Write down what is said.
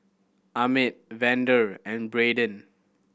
Ahmed Vander and Brayden